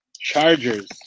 Chargers